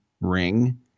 ring